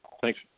Thanks